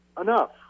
enough